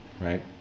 Right